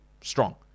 strong